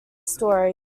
story